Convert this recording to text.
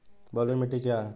बलुई मिट्टी क्या है?